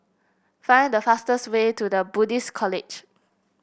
find the fastest way to The Buddhist College